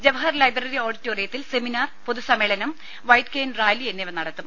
Jawahar library ഓഡിറ്റോറിയത്തിൽ seminar പൊതുസമ്മേളനം white cane rally എന്നിവ നടത്തും